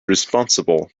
responsible